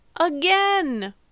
again